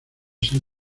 ser